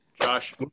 Josh